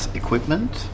equipment